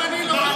גם אני לא,